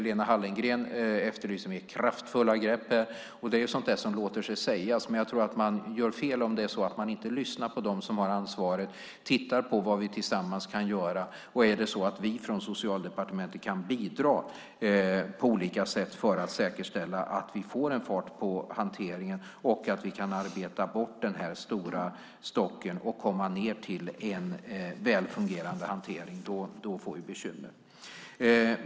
Lena Hallengren efterlyser mer kraftfulla grepp. Det är sådant som låter sig sägas, men jag tror att man gör fel om man inte lyssnar på dem som har ansvaret och tittar på vad vi tillsammans kan göra. Om vi från Socialdepartementet inte kan bidra på olika sätt för att säkerställa att vi får fart på hanteringen, kan arbeta bort den stora stocken och komma ned till en väl fungerande hantering då får vi bekymmer.